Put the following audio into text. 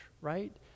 right